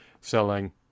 selling